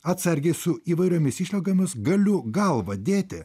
atsargiai su įvairiomis išlygomis galiu galvą dėti